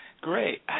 Great